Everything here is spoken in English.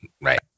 Right